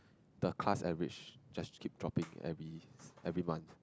the class average just keep dropping every every month